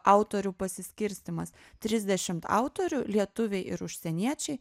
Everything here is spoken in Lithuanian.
autorių pasiskirstymas trisdešimt autorių lietuviai ir užsieniečiai